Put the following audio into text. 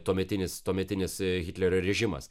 tuometinis tuometinis hitlerio režimas